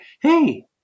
Hey